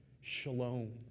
shalom